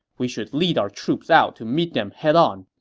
we should lead our troops out to meet them head on,